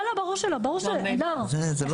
זה לא --- לא, ברור שלא.